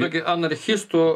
tokį anarchistų